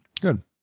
good